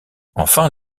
enfin